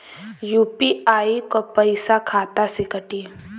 UPI क पैसा खाता से कटी?